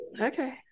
Okay